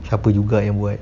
siapa juga yang buat